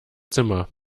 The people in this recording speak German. zimmer